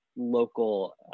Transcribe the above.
local